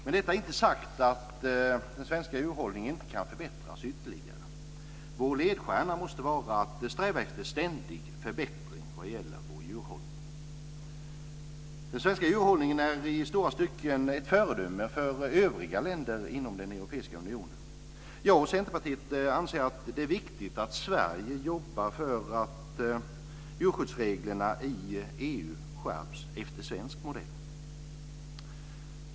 Med detta inte sagt att den svenska djurhållningen inte kan förbättras ytterligare. Vår ledstjärna måste vara att sträva efter ständig förbättring vad gäller vår djurhållning. Den svenska djurhållningen är i stora stycken ett föredöme för övriga länder inom EU. Jag och Centerpartiet anser att det är viktigt att Sverige jobbar för att djurskyddsreglerna i EU skärps efter svensk modell.